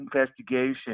investigation